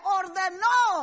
ordenó